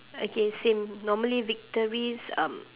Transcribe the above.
okay same normally victories